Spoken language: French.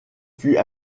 fut